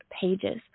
pages